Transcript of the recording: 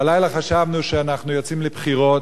הלילה חשבנו שאנחנו יוצאים לבחירות,